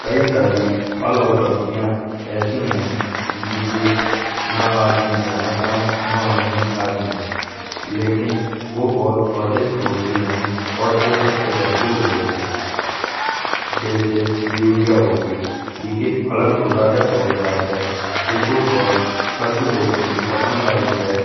कई सारी फल और सब्जियां ऐसी हैं। ना वे जनत आए ना उन्होंने खाई हैं लेकिन वो बहुत स्वादिष्ट होती हैं। और पोषद से भरपूर होत हैं, जैसे डुडिया हो गईं, इसे फलन को राजा कहा जात है। इसे स्वाद कच्छु लोगों के पसंद आउत हैं।